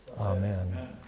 Amen